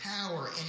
power